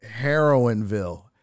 Heroinville